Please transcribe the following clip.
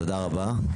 תודה רבה.